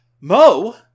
Mo